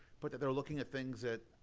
but that they're looking at things that,